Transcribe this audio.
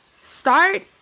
start